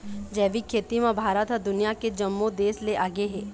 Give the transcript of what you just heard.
जैविक खेती म भारत ह दुनिया के जम्मो देस ले आगे हे